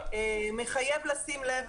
מחייב לשים לב,